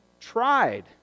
tried